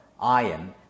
iron